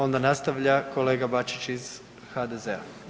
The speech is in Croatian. Onda nastavlja kolega Bačić iz HDZ-a.